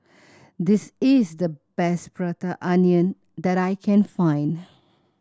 this is the best Prata Onion that I can find